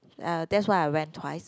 uh that's why I went twice